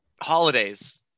holidays